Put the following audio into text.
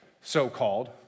so-called